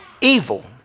evil